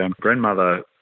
grandmother